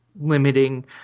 limiting